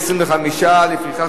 25. לפיכך,